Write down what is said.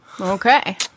Okay